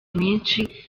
menshi